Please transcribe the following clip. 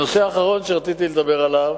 נושא אחרון שרציתי לדבר עליו